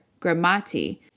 grammati